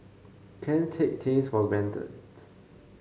can't take things for granted